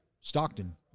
Stockton